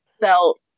felt